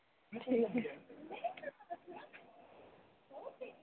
ठीक ऐ